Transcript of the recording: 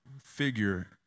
figure